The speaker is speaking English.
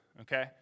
okay